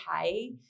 okay